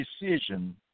decision